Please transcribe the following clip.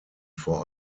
vor